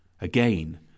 Again